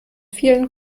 vielen